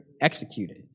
executed